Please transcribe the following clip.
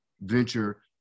venture